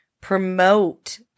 promote